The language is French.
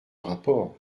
rapport